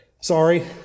Sorry